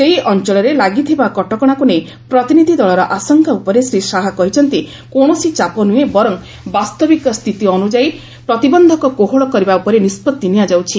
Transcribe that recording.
ସେହି ଅଞ୍ଚଳରେ ଲାଗିଥିବା କଟକଣାକ୍ର ନେଇ ପ୍ରତିନିଧି ଦଳର ଆଶଙ୍କା ଉପରେ ଶ୍ରୀ ଶାହା କହିଛନ୍ତି କୌଣସି ଚାପ ନୁହେଁ ବରଂ ବାସ୍ତବିକ ସ୍ଥିତି ଅନୁଯାୟୀ ପ୍ରତିବନ୍ଧକ କୋହଳ କରିବା ଉପରେ ନିଷ୍ପଭି ନିଆଯାଉଛି